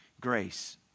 grace